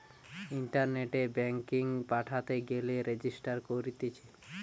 ইন্টারনেটে ব্যাঙ্কিং পাঠাতে গেলে রেজিস্টার করতিছে